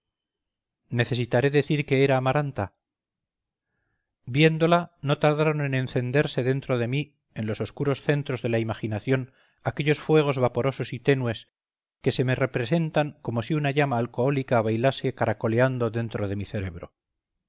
necesitaré decir que era amaranta viéndola no tardaron en encenderse dentro de mí en los oscuros centros de la imaginación aquellos fuegos vaporosos y tenues que se me representan como si una llama alcohólica bailase caracoleando dentro de mi cerebro